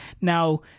Now